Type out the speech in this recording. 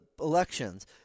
elections